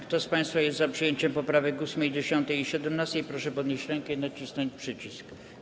Kto z państwa jest za przyjęciem poprawek 8., 10. i 17., proszę podnieść rękę i nacisnąć przycisk.